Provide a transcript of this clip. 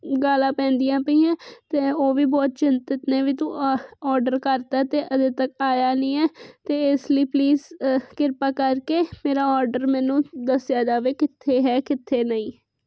ਗਾਲਾ ਪੈਂਦੀਆਂ ਪਈਆਂ ਤੇ ਉਹ ਵੀ ਬਹੁਤ ਚਿੰਤਤ ਨੇ ਵੀ ਤੂੰ ਆਰਡਰ ਕਰਤਾ ਤੇ ਅਜੇ ਤੱਕ ਆਇਆ ਨਹੀਂ ਐ ਤੇ ਇਸ ਲਈ ਪਲੀਜ਼ ਕਿਰਪਾ ਕਰਕੇ ਮੇਰਾ ਆਰਡਰ ਮੈਨੂੰ ਦੱਸਿਆ ਜਾਵੇ ਕਿੱਥੇ ਹੈ ਕਿੱਥੇ ਨਹੀਂ